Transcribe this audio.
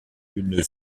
une